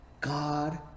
God